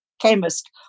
chemist